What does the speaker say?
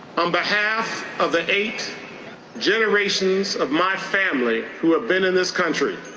on behalf of the eight generations of my family who have been in this country,